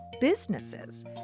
businesses